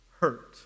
hurt